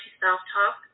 self-talk